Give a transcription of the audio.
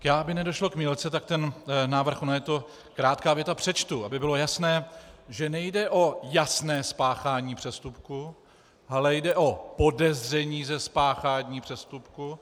Tak já, aby nedošlo k mýlce, tak ten návrh ona je to krátká věta přečtu, aby bylo jasné, že nejde o jasné spáchání přestupku, ale jde o podezření ze spáchání přestupku.